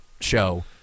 show